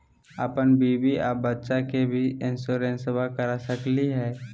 अपन बीबी आ बच्चा के भी इंसोरेंसबा करा सकली हय?